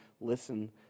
listen